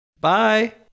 Bye